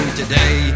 today